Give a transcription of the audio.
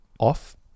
off